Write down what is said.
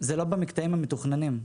לא קרתה במקטעים המתוכננים.